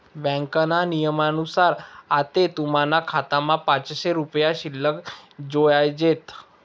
ब्यांकना नियमनुसार आते तुमना खातामा पाचशे रुपया शिल्लक जोयजेत